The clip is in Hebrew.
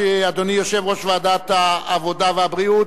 אדוני יושב-ראש ועדת העבודה והבריאות,